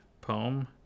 poem